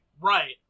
Right